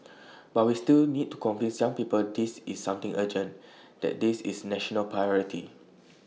but we still need to convince young people this is something urgent that this is national priority